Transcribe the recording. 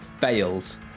Fails